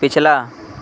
पिछला